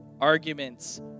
arguments